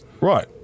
right